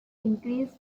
increased